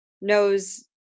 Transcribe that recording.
knows